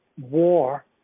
war